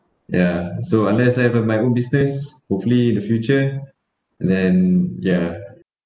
ya so unless I have uh my own business hopefully in the future and then ya